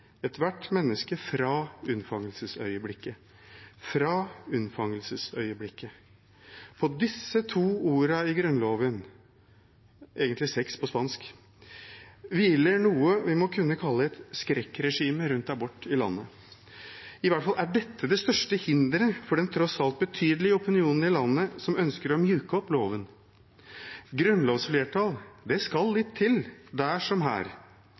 ethvert menneske fra unnfangelsesøyeblikket.» Fra unnfangelsesøyeblikket – på disse to ordene i grunnloven, egentlig seks på spansk, hviler noe vi må kunne kalle et skrekkregime rundt abort i landet. I hvert fall er dette det største hinderet for den tross alt betydelige opinionen i landet som ønsker å myke opp loven. Grunnlovsflertall – det skal litt til, der som her.